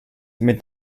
mit